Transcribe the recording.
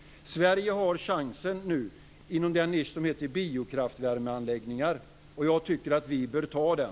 Sverige har nu chansen inom den nisch som heter biokraftvärmeanläggningar. Jag tycker att vi bör ta den.